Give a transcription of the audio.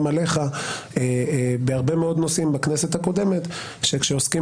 עליך בהרבה מאוד נושאים בכנסת הקודמת שכאשר עוסקים